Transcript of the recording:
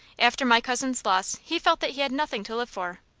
after my cousin's loss he felt that he had nothing to live for.